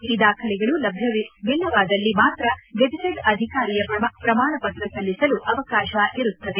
ಈ ದಾಖಲೆಗಳು ಲಭ್ಞವಿಲ್ಲವಾದಲ್ಲಿ ಮಾತ್ರ ಗೆಜೆಟೆಡ್ ಅಧಿಕಾರಿಯ ಪ್ರಮಾಣ ಪತ್ರ ಸಲ್ಲಿಸಲು ಅವಕಾಶ ಇರುತ್ತದೆ